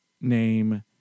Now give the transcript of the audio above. name